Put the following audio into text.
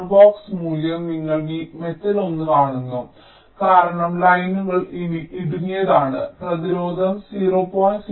R box മൂല്യം നിങ്ങൾ metal 1 കാണുന്നു കാരണം ലൈനുകൾ ഇടുങ്ങിയതാണ് പ്രതിരോധം 0